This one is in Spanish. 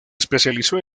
especializó